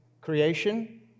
creation